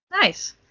Nice